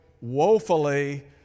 woefully